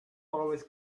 always